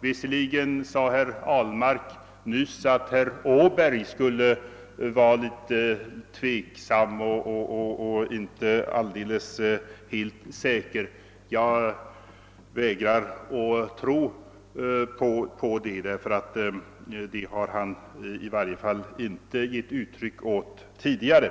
Visserligen sade herr Ahlmark nyss att herr Åberg skulle vara litet tveksam. Jag vägrar att tro på det, ty det har han i varje fall inte givit utiryck åt tidigare.